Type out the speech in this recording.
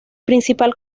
principal